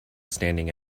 standing